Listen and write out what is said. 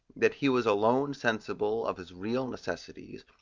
that he was alone sensible of his real necessities,